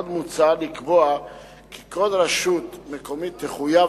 עוד מוצע לקבוע כי כל רשות מקומית תחויב